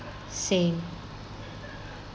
same